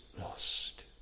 lost